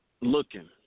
looking